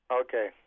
okay